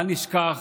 בל נשכח